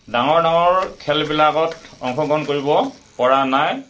ডাঙৰ ডাঙৰ খেলবিলাকত অংশগ্ৰহণ কৰিব পৰা নাই